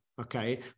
Okay